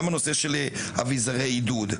גם הנושא של אביזרי עידוד.